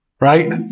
Right